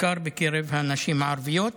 בעיקר בקרב הנשים הערביות.